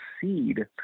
seed